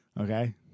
Okay